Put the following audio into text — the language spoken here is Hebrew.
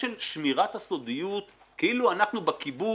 של שמירת הסודיות כאילו אנחנו בקיבוץ